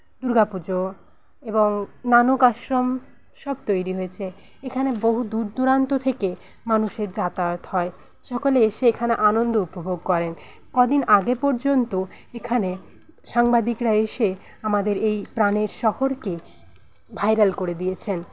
দুর্গাপূজো এবং নানক আশ্রম সব তৈরি হয়েছে এখানে বহু দূর দুরান্ত থেকে মানুষের যাতায়াত হয় সকলে এসে এখানে আনন্দ উপভোগ করেন কদিন আগে পর্যন্ত এখানে সাংবাদিকরা এসে আমাদের এই প্রাণের শহরকে ভাইরাল করে দিয়েছেন